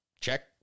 check